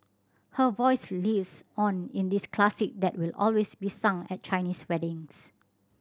her voice lives on in this classic that will always be sung at Chinese weddings